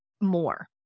more